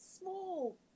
small